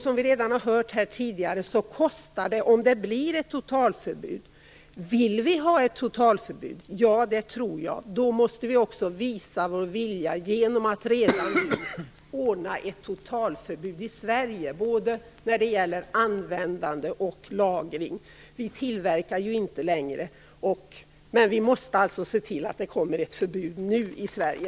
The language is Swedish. Som vi redan har hört kostar det om det blir ett totalförbud. Vill vi ha ett totalförbud? Ja, det tror jag. Då måste vi också visa vår vilja genom att redan nu ordna ett totalförbud i Sverige, både när det gäller användande och när det gäller lagring. Vi tillverkar ju inte längre, men vi måste alltså se till att det kommer ett förbud nu i Sverige.